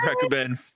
recommend